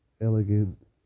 elegant